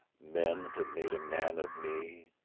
men that made a man of me.